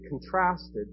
contrasted